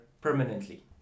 permanently